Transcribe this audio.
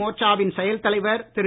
மோட்சாவின் செயல் தலைவர் திரு